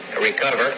recover